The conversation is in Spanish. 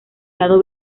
lado